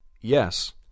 Yes